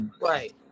right